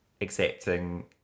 Accepting